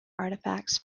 artifacts